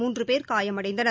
மூன்று பேர் காயமடைந்தனர்